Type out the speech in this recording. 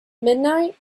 midnight